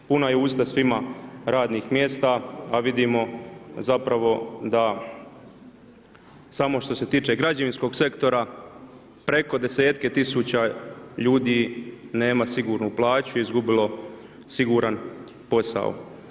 Puna je usta radnih mjesta a vidimo zapravo da samo što se tiče građevinskog sektora, preko desetke tisuća ljudi nema sigurnu plaću, izgubilo siguran posao.